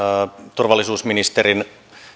turvallisuusministerin